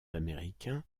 américains